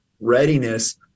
readiness